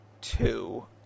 Two